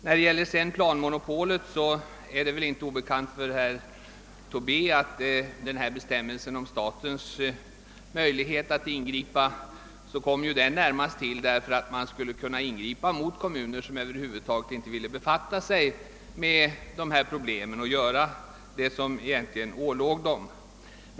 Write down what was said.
När det sedan gäller planmonopolet är det måhända inte obekant för herr Tobé att bestämmelsen om statens möjlighet att ingripa närmast kom till för att möjliggöra ingrepp mot kommuner som över huvud taget inte ville befatta sig med problemen och göra det som egentligen ålåg dem.